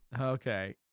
Okay